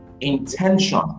intention